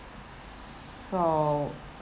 so